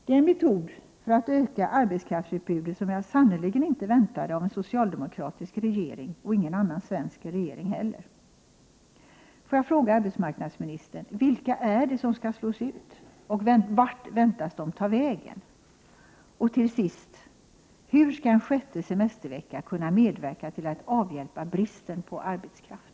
Det är en metod för att öka arbetskraftsutbudet som jag sannerligen inte väntade av en socialdemokratisk regering och inte av någon annan svensk regering heller. Till sist: Hur skall en sjätte semestervecka kunna medverka till att avhjälpa bristen på arbetskraft?